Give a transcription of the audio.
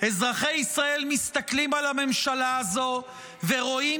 אזרחי ישראל מסתכלים על הממשלה הזו ורואים